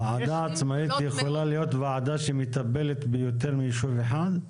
ועדה עצמאית יכולה להיות ועדה שמטפלת ביותר מיישוב אחד?